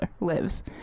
Lives